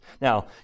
Now